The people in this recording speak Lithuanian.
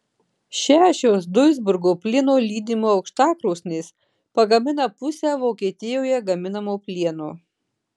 šešios duisburgo plieno lydimo aukštakrosnės pagamina pusę vokietijoje gaminamo plieno